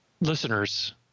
listeners